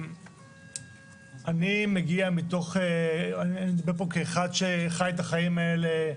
אני מגיע מתוך, אחד שחי את החיים האלה.